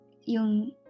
yung